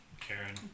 Karen